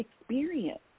experience